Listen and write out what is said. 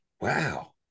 wow